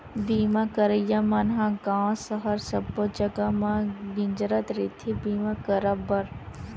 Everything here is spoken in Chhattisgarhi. बीमा करइया मन ह गाँव सहर सब्बो जगा म गिंजरत रहिथे बीमा करब बर